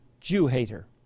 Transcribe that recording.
Jew-hater